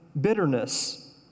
bitterness